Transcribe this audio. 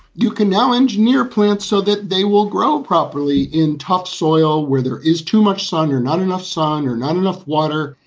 you can now engineer plants so that they will grow properly in top soil where there is too much sun or not enough sun or not enough water.